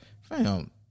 fam